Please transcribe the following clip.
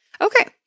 Okay